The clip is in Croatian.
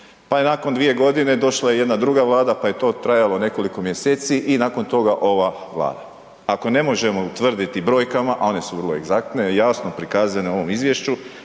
pa je nakon 2 g. došla jedna druga Vlada pa je to trajalo nekoliko mjeseci i nakon toga ova Vlada. Ako ne možemo utvrditi brojkama a one su vrlo egzaktne, jasno prikazane u ovom izvješću,